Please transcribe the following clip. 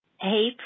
Hey